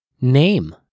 Name